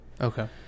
Okay